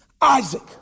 Isaac